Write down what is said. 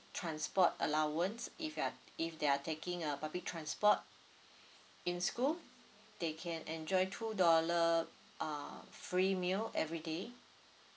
transport allowance if you're if they are taking a public transport in school they can enjoy two dollar uh free meal everyday